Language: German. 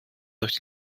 durch